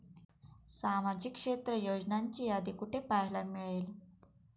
सामाजिक क्षेत्र योजनांची यादी कुठे पाहायला मिळेल?